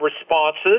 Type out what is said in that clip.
responses